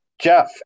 Jeff